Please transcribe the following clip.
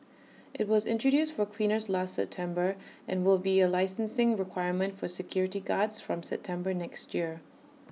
IT was introduced for cleaners last September and will be A licensing requirement for security guards from September next year